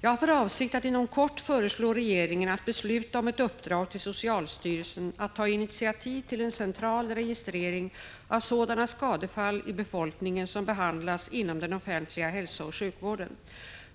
Jag har för avsikt att inom kort föreslå regeringen att besluta om ett uppdrag till socialstyrelsen att ta initiativ till en central registrering av sådana skadefall i befolkningen som behandlas inom den offentliga hälsooch sjukvården.